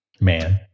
Man